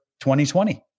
2020